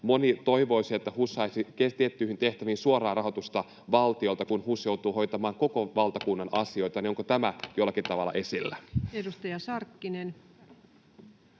Moni toivoisi, että HUS saisi tiettyihin tehtäviin suoraa rahoitusta valtiolta, kun HUS joutuu hoitamaan koko valtakunnan asioita. Onko tämä jollakin tavalla esillä? Edustaja Sarkkinen.